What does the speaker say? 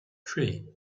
three